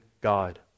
God